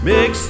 Mix